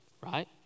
Right